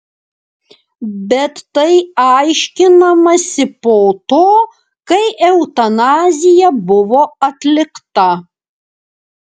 bet tai aiškinamasi po to kai eutanazija buvo atlikta